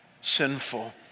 sinful